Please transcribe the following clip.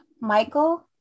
Michael